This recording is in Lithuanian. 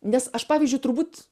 nes aš pavyzdžiui turbūt